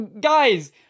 Guys